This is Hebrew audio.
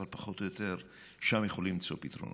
אבל שם פחות או יותר יכולים למצוא פתרונות.